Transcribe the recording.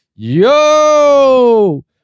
yo